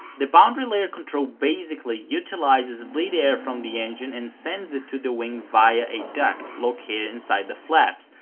the boundary layer control basically utilises bleed air from the engine and sends it to the wings via a duct located inside the flaps,